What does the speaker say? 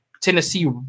Tennessee